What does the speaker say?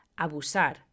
abusar